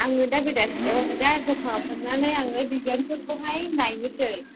आङो दा बेलासिआव ओ दा द'खानाव थांनानै आङो दिजाइनफोरखौहाय नायनोसै